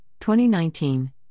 2019